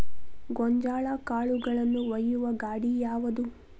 ಗೋಂಜಾಳ ಕಾಳುಗಳನ್ನು ಒಯ್ಯುವ ಗಾಡಿ ಯಾವದು?